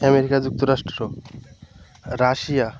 America যুক্তরাষ্ট্র Russia